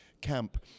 camp